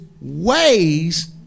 ways